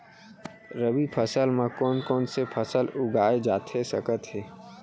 रबि फसल म कोन कोन से फसल उगाए जाथे सकत हे?